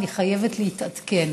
אני חייבת להתעדכן.